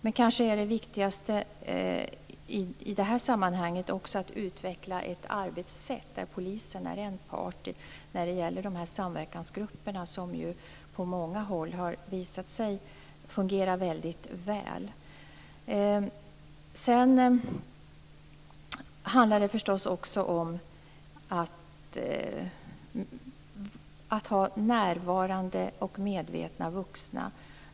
Men kanske är det viktigaste i detta sammanhang att utveckla ett arbetssätt där polisen är en part i samverkansgrupperna, som på många håll har visat sig fungera väldigt väl. Sedan handlar det förstås också om att ha närvarande och medvetna vuxna.